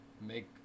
make